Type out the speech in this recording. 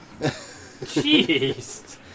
Jeez